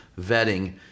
vetting